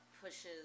pushes